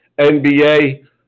NBA